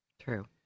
True